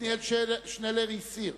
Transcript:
עתניאל שנלר הסיר.